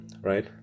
right